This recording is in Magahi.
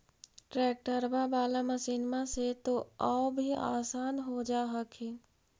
ट्रैक्टरबा बाला मसिन्मा से तो औ भी आसन हो जा हखिन?